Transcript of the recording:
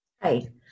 hi